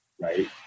right